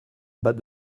bat